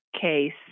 case